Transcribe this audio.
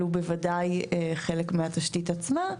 אבל הוא בוודאי חלק מהתשתית עצמה.